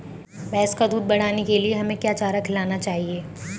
भैंस का दूध बढ़ाने के लिए हमें क्या चारा खिलाना चाहिए?